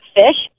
fish